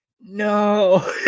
no